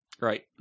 Right